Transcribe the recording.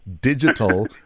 digital